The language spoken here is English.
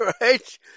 right